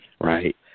Right